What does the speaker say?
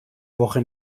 woche